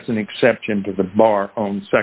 that's an exception to the bar